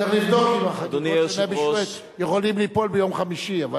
צריך לבדוק אם החגיגות של נבי שועייב יכולות ליפול ביום חמישי.